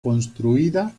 construida